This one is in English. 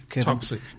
toxic